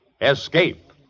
Escape